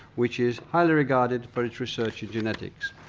which is highly regarded for its research in genetics.